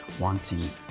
wanting